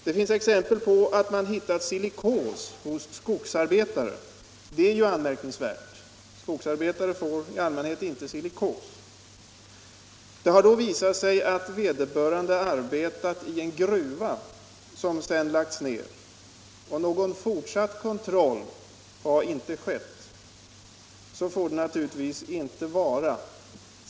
Det finns exempel på att man hittat silikos hos skogsarbetare, vilket är anmärkningsvärt. Skogsarbetare får i allmänhet inte silikos. Då har det visat sig att vederbörande arbetat i en gruva som sedan lagts ned. Någon fortsatt kontroll har inte skett. Så får det naturligtvis inte vara.